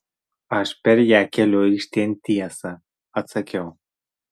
aš per ją keliu aikštėn tiesą atsakiau